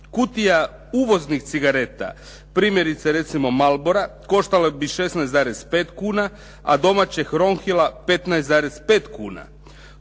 kutija uvoznih cigareta, primjerice recimo Marlbora koštala bi 16,5 kuna, a domaćeg ronhilla 15,5 kuna